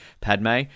Padme